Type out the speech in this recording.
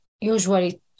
usually